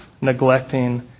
neglecting